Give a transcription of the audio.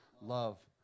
love